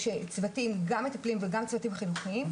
גם מטפלים וגם צוותים חינוכיים,